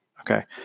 Okay